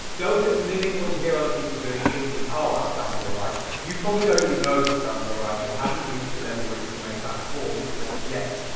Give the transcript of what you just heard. don't just mimic what you hear other people doing thinking, oh that sounds all right. you probably don't even know if it sounds all right, you haven't reached the level where you can make that call yeah yet.